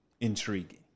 intriguing